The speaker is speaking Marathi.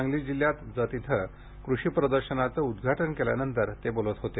सांगली जिल्ह्यात जत इथं कृषी प्रदर्शनाचं उद्घाटन केल्यानंतर ते बोलत होते